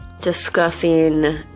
discussing